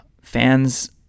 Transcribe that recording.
fans